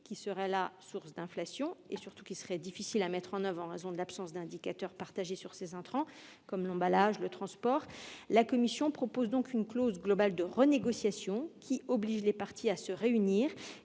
qui serait source d'inflation et, surtout, qui serait difficile à mettre en oeuvre en raison de l'absence d'indicateurs partagés sur ces intrants comme les emballages, le transport, etc., la commission propose donc une clause de renégociation obligeant les parties à se réunir